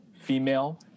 female